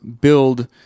build